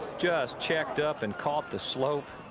just checked up and caught the slope.